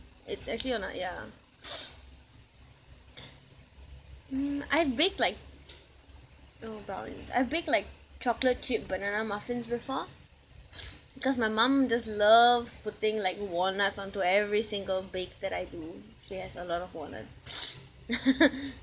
it's actually on the yeah mm I've baked like know brownies I've baked like chocolate chip banana muffins before cause my mum just loves putting like walnuts onto every single bake that I do she has a lot of walnut